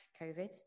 COVID